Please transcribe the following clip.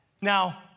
Now